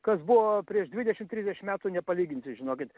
kas buvo prieš dvidešim trisdešim metų nepalyginti žinokit